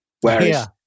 Whereas